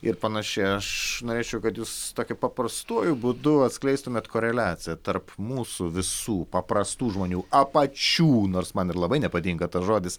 ir panašiai aš norėčiau kad jūs tokiu paprastuoju būdu atskleistumėt koreliaciją tarp mūsų visų paprastų žmonių apačių nors man ir labai nepatinka tas žodis